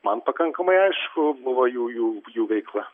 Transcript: man pakankamai aišku buvo jų jų jų veikla